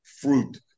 fruit